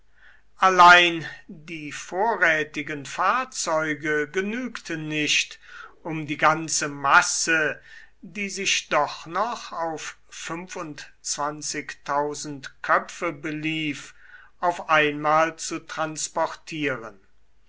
allein die vorrätigen fahrzeuge genügten nicht um die ganze masse die sich doch noch auf köpfe belief auf einmal zu transportieren